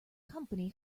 company